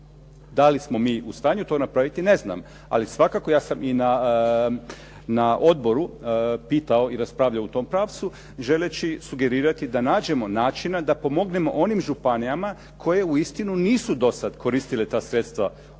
Da li smo mi u stanju to napraviti, ne znam. Ali svakako ja sam i na odboru pitao i raspravljao u tom pravcu želeći sugerirati da nađemo načina da pomognemo onim županijama koje uistinu nisu dosad koristile ta sredstva onako